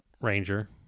Ranger